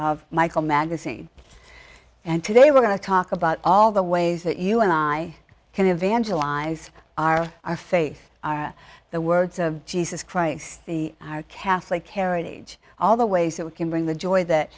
of michael magazine and today we're going to talk about all the ways that you and i can evangelize our our faith are the words of jesus christ the catholic heritage all the ways that we can bring the joy that